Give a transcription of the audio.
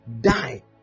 die